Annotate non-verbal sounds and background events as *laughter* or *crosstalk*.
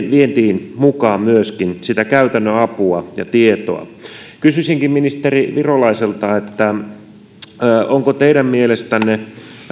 *unintelligible* vientiin mukaan myöskin sitä käytännön apua ja tietoa kysyisinkin ministeri virolaiselta ovatko teidän mielestänne